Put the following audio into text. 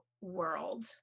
world